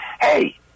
hey